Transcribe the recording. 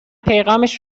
پیغامش